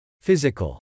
Physical